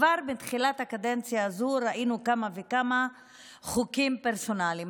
כבר בתחילת הקדנציה הזו ראינו כמה וכמה חוקים פרסונליים.